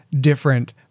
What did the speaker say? different